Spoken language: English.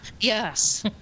Yes